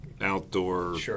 outdoor